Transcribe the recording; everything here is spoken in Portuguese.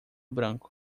branco